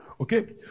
okay